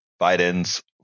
Biden's